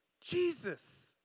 Jesus